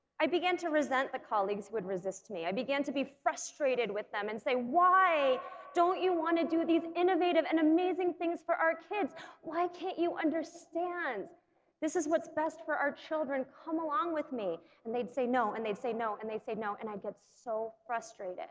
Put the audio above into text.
i began to resent the colleagues who would resist me i began to be frustrated with them and say why don't you want to do these innovative and amazing things for our kids why can't you understand this is what's best for our children come along with me and they'd say no and they'd say no and they'd say no and i'd get so frustrated